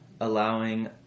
allowing